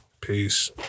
Peace